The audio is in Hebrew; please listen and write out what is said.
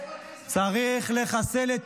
אתה אומר שצריך לחסל אותי?